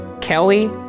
Kelly